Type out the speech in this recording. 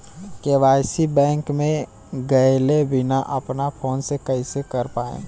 KYC bank मे गएले बिना अपना फोन से कइसे कर पाएम?